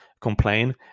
complain